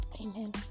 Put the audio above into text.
amen